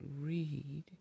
read